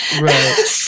Right